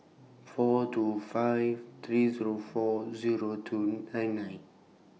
four two five three Zero four Zero two nine nine